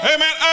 Amen